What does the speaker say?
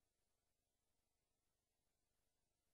בכל